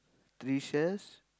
three shells